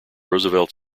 roosevelt